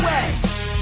West